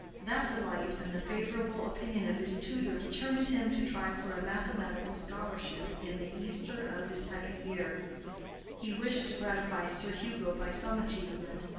that delight, and the favorable opinion of his tutor, determined him to try for a mathematical scholarship in the easter of his second year he wished to gratify sir hugo by some achievement,